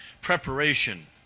preparation